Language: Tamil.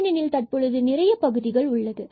ஏனெனில் தற்பொழுது நிறைய பகுதிகள் உள்ளது